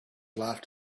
laughed